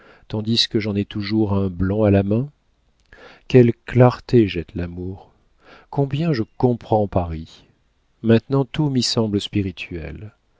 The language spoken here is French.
tandis que j'en ai toujours un blanc à la main quelle clarté jette l'amour combien je comprends paris maintenant tout m'y semble spirituel